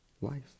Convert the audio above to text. life